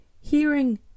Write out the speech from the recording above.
hearing